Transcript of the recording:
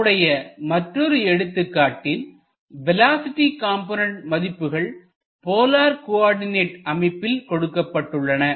நம்முடைய மற்றொரு எடுத்துக்காட்டில் வேலோஸிட்டி காம்போனென்ட் மதிப்புகள் போலார் கோஆர்டிநெட் அமைப்பில் கொடுக்கப்பட்டுள்ளன